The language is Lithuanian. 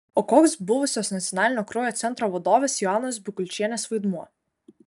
o koks buvusios nacionalinio kraujo centro vadovės joanos bikulčienės vaidmuo